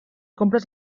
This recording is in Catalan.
compres